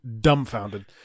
dumbfounded